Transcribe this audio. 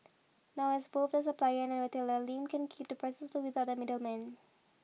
now as both the supplier and retailer Lim can keep the prices low without the middleman